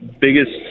biggest